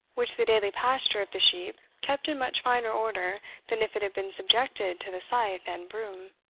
which the daily pasture of the sheep kept in much finer order than if it had been subjected to the scythe and broom.